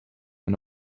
and